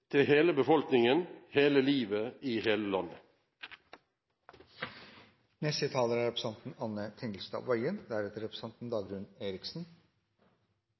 til hele befolkningen – hele livet, i hele